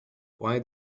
why